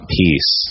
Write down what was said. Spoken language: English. peace